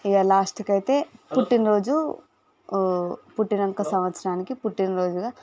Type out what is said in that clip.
ఇక లాస్టుకు అయితే పుట్టినరోజు పుట్టినాక సంవత్సరానికి పుట్టినరోజుగా